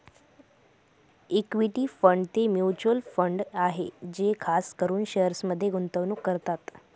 equity fund ते mutual fund आहे जे खास करून शेअर्समध्ये गुंतवणूक करतात